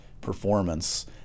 performance